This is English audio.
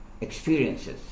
experiences